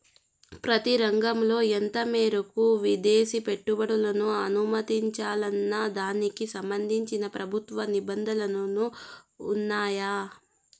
ప్రతి రంగంలో ఎంత మేరకు విదేశీ పెట్టుబడులను అనుమతించాలన్న దానికి సంబంధించి ప్రభుత్వ నిబంధనలు ఉన్నాయా?